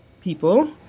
people